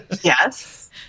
yes